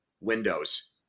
windows